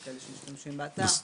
יש שמשתמשים באתר,